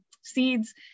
seeds